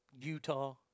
Utah